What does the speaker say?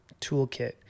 toolkit